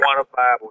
quantifiable